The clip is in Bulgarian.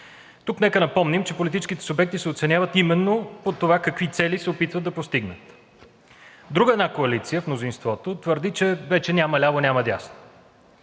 Нека напомним, че политическите субекти се оценяват именно по това какви цели се опитват да постигнат. Една друга коалиция от мнозинството твърди, че вече няма ляво, няма дясно.